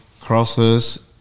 crosses